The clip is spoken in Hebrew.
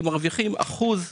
כי הם מרוויחים אחוז מהעלות,